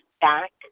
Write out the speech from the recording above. back